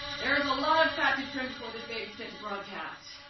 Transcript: there's a lot of fat to trim before this baby's fit to broadcast.